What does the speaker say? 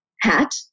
hat